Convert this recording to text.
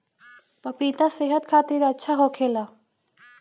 पपिता सेहत खातिर अच्छा होखेला